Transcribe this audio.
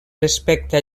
respecte